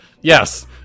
Yes